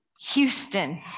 Houston